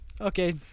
Okay